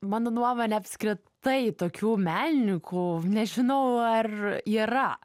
mano nuomone apskritai tokių menininkų nežinau ar yra